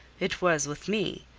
it was with me.